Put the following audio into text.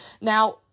Now